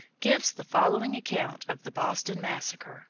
gives the following account of the boston massacre